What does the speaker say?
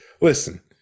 listen